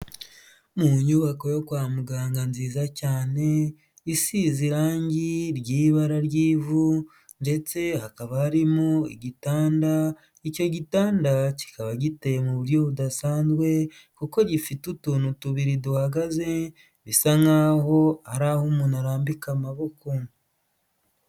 Mu nyubako yo kwa muganga nziza cyane isize irangi ry'ibara ry'ivu, ndetse hakaba harimo igitanda icyo gitanda kikaba giteye mu buryo budasanzwe, kuko gifite utuntu tubiri duhagaze bisa nkaho ari aho umuntu arambika amaboko.